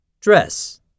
dress